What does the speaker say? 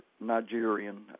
Nigerian